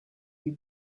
you